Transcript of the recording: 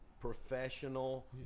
professional